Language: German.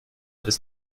ist